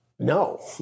No